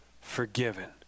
forgiven